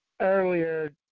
earlier